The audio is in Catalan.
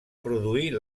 produir